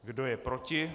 Kdo je proti?